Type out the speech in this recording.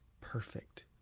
Perfect